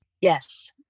Yes